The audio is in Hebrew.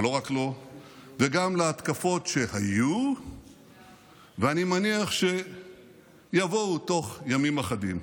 אבל לא רק לו וגם על ההתקפות שהיו ואני מניח שיבואו בתוך ימים אחדים.